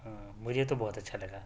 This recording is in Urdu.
ہاں مجھے تو بہت اچھا لگا